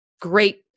great